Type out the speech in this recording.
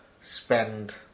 spend